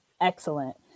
Excellent